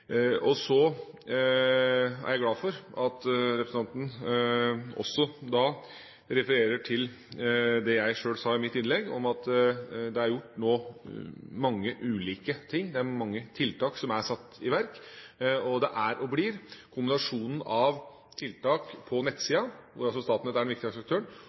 innlegg. Så er jeg glad for at representanten også refererte til det jeg sjøl sa i mitt innlegg, at det er gjort mange ulike ting, det er mange tiltak som er satt i verk. Det er og blir kombinasjonen av tiltak på nettsiden, hvor altså Statnett er